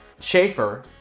Schaefer